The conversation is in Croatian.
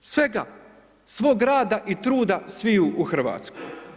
Svega, svoga rada i truda sviju u RH.